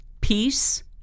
peace